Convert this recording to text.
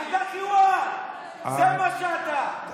ברה, אתה, זה מה שאתה, אפס.